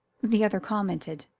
the other commented.